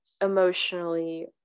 emotionally